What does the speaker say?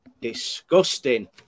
Disgusting